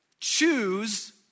Choose